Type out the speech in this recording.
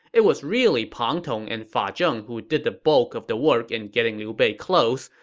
it was really pang tong and fa zheng who did the bulk of the work in getting liu bei close,